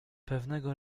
pewnego